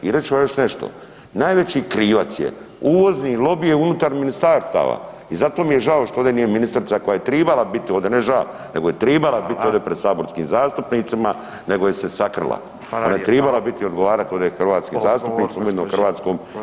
I reći ću vam još nešto, najveći krivac je uvozni lobi je unutar ministarstava, i zato mi je žao što ovdje nije ministrica koja je tribala biti ovdje, ne ža, nego je tribala biti ovdje pred saborskim zastupnicima, nego je se sakrila, koja je tribala biti, odgovarati ovdje hrvatskim zastupnicima i hrvatskom selu i seljaku.